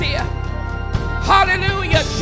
Hallelujah